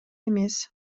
эмес